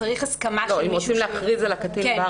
כן.